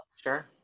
Sure